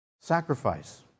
Sacrifice